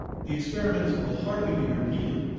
the experiments will hardly be repeated,